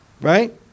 right